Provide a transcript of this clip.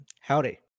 Howdy